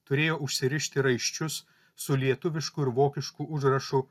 turėjo užsirišti raiščius su lietuvišku ir vokišku užrašu